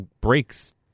breaks